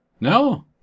no